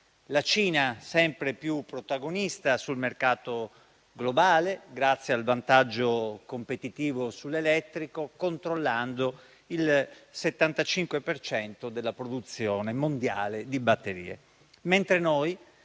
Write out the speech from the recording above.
la Cina è sempre più protagonista sul mercato globale grazie al vantaggio competitivo sull'elettrico, controllando il 75 per cento della produzione mondiale di batterie.